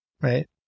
Right